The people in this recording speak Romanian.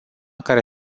care